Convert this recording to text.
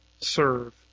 serve